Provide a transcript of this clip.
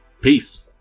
Peace